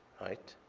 right?